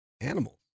animals